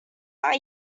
are